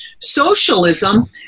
socialism